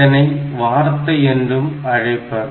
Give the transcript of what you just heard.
இதனை வார்த்தை என்றும் அழைப்பர்